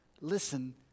Listen